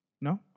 No